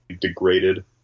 degraded